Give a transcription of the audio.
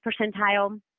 percentile